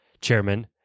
chairman